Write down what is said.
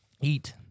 Eat